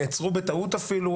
נעצרו בטעות אפילו,